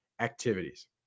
activities